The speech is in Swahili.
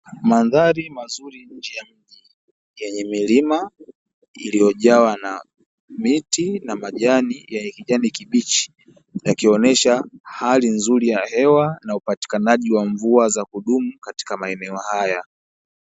Madhari mazuri njiani yenye milima iliyojawa na miti na majani yenye kijani kibichi yakionesha hali nzuri ya hewa na upatikanaji wa mvua za kudumu katika maeneo haya .